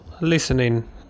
listening